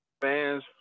fans